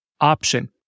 option